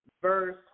verse